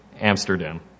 Amsterdam